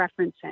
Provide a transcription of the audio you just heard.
referencing